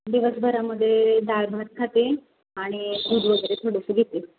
दिवसभरामध्ये डाळ भात खाते आणि दूध वगैरे थोडंसं देते